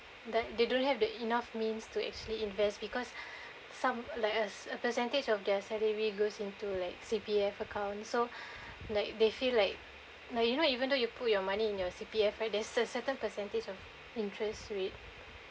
that don't have the enough means to actually invest because some like us a percentage of their salary goes into like C_P_F accounts so like they feel like like you know even though you put your money in your C_P_F right there's cer~ certain percentage of interest rate